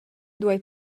duei